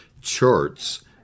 Charts